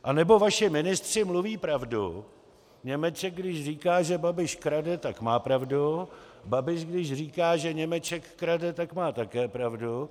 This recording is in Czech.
Anebo vaši ministři mluví pravdu, Němeček, když říká, že Babiš krade, tak má pravdu, Babiš když říká, že Němeček krade, tak má také pravdu.